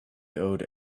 owed